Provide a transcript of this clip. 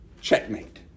Checkmate